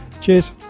cheers